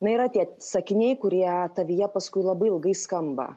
na yra tie sakiniai kurie tavyje paskui labai ilgai skamba